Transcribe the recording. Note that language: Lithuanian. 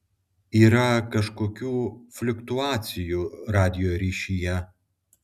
yra kažkokių fliuktuacijų radijo ryšyje